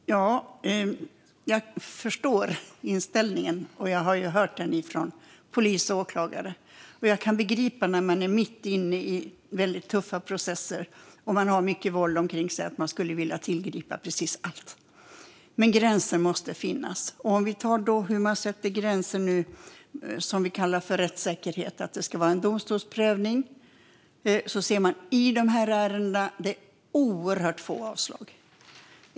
Fru talman! Jag förstår inställningen, och jag har hört den från polis och åklagare. Jag kan begripa att när man är mitt inne i tuffa processer, med mycket våld omkring sig, vill tillgripa precis allt. Men gränser måste finnas. Låt oss titta på gränsen rättssäkerhet, det vill säga att det ska vara en domstolsprövning. Vi kan se att det gällande dessa ärenden är oerhört få avslag.